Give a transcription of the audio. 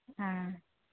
ఆ